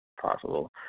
Possible